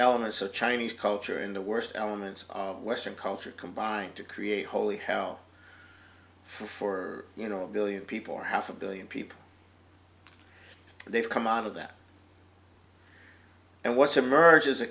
elements of chinese culture in the worst elements of western culture combine to create holy hell for you know a billion people or half a billion people they've come out of that and what emerges a